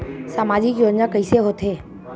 सामजिक योजना कइसे होथे?